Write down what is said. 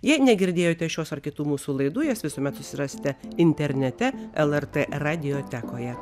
jei negirdėjote šios ar kitų mūsų laidų jas visuomet susirasite internete lrt radiotekoje